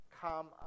Come